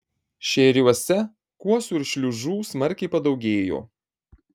šėriuose kuosų ir šliužų smarkiai padaugėjo